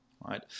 right